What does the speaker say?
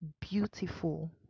beautiful